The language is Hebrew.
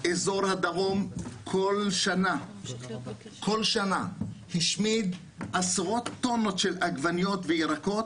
באזור הדרום כל שנה השמידו עשרות טונות של עגבניות וירקות